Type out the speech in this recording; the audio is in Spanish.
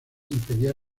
impedía